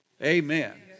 Amen